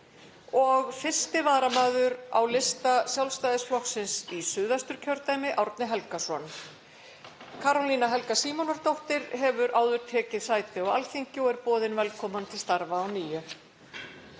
og 1. varamaður á lista Sjálfstæðisflokksins í Suðvesturkjördæmi, Árni Helgason. Karólína Helga Símonardóttir hefur áður tekið sæti á Alþingi og er boðin velkomin til starfa að nýju.